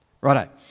Righto